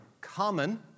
common